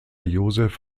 joseph